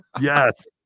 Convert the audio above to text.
Yes